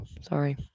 Sorry